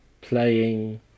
playing